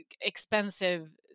expensive